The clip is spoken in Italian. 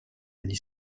degli